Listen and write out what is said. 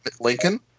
Lincoln